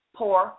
poor